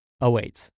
awaits